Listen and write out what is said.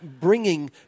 bringing